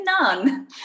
none